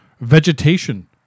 vegetation